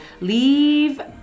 leave